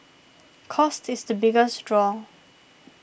cost is the biggest draw